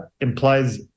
implies